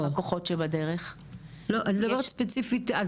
לא, אני מדברת ספציפית.